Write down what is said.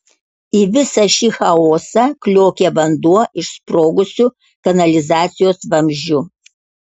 į visą šį chaosą kliokė vanduo iš sprogusių kanalizacijos vamzdžių